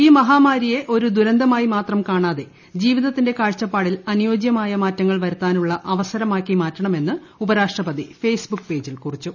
ഈ മഹാമാരിയെ ഒരു ദുരന്തമായി മാത്രം കാണാതെ ജീവിതത്തിന്റെ കാഴ്ചപ്പാടിൽ അനുയോജ്യമായ മാറ്റങ്ങൾ വരുത്താനുള്ള അവസരമായി മാറ്റണമെന്ന് ഉപരാഷ്ട്രപതി ഫേസ്ബുക്ക് പേജിൽ കുറിച്ചു